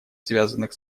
связанных